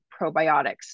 probiotics